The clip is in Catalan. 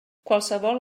qualsevol